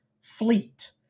fleet